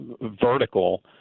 vertical